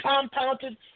compounded